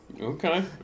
Okay